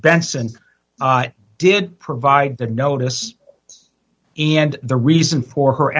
benson did provide the notice and the reason for her